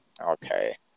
Okay